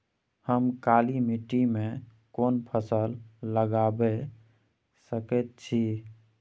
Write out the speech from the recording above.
हम काला माटी में कोन फसल लगाबै सकेत छी?